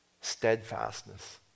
Steadfastness